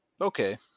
Okay